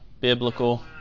biblical